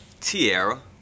Tiara